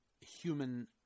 human